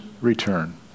return